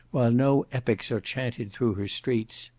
while no epics are chaunted through her streets.